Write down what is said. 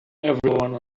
everyone